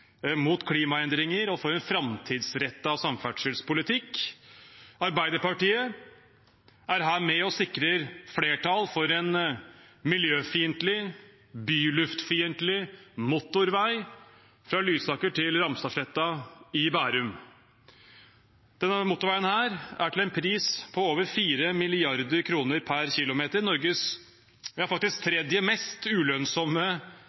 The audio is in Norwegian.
mot klimaendringer og for en framtidsrettet samferdselspolitikk. Arbeiderpartiet er her med og sikrer flertall for en miljøfiendtlig, byluftfiendtlig motorvei fra Lysaker til Ramstadsletta i Bærum. Denne motorveien har en pris på over 4 mrd. kr per kilometer og er Norges tredje mest ulønnsomme